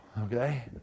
okay